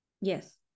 Yes